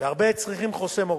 והרבה צריכים חוסם עורקים.